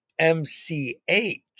MCH